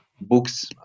books